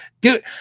dude